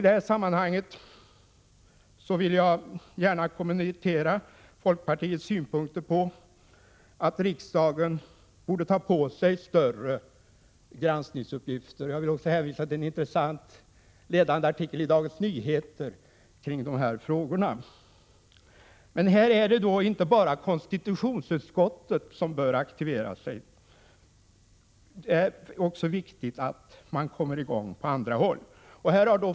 Jag vill gärna kommentera folkpartiets synpunkter på att riksdagen borde ta på sig större granskningsuppgifter. Jag kan också hänvisa till en intressant ledarartikel i Dagens Nyheter kring dessa frågor. Här är det inte bara konstitutionsutskottet som bör aktivera sig, utan det är också viktigt att man kommer i gång på andra håll.